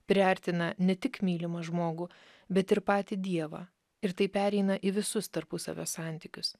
priartina ne tik mylimą žmogų bet ir patį dievą ir tai pereina į visus tarpusavio santykius